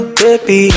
baby